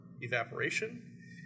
evaporation